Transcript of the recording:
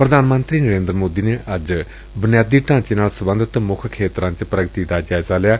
ਪ੍ਰਧਾਨ ਮੰਤਰੀ ਨਰੇਂਦਰ ਮੋਦੀ ਨੇ ਅੱਜ ਬੁਨਿਆਦੀ ਢਾਂਚੇ ਨਾਲ ਸਬੰਧਤ ਮੁੱਖ ਖੇਤਰਾਂ 'ਚ ਪੁਗਤੀ ਦਾ ਜਾਇਜ਼ਾ ਲਿਆ